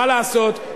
מה לעשות,